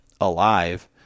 alive